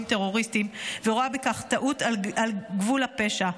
טרוריסטים ורואה בכך טעות על גבול הפשע,